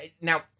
Now